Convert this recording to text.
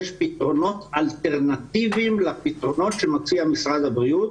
יש פתרונות אלטרנטיביים לפתרונות שמציע משרד הבריאות.